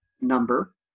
number